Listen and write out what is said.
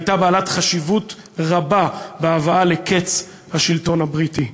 והייתה בעלת חשיבות רבה בהבאה לקץ השלטון הבריטי.